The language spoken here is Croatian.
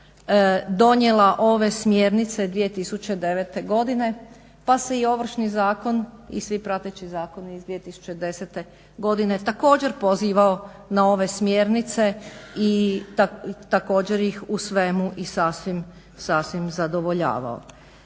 donijela ove smjernice 2009. godine pa se i Ovršni zakon i svi prateći zakoni iz 2010. godine također pozivao na ove smjernice i također ih u svemu i sasvim zadovoljavao.